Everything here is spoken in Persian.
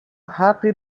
حقی